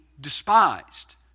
despised